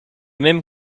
même